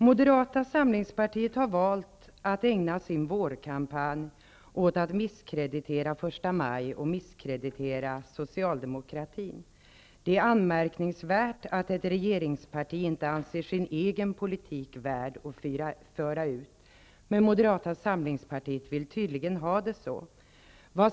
Moderata samlingspartiet har valt att ägna sin vårkampanj åt att misskreditera första maj och socialdemokratin. Det är anmärkningsvärt att ett regeringsparti inte anser sin egen politik värd att föra ut. Men Moderata samlingspartiet vill tydligen ha det så.